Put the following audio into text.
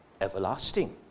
everlasting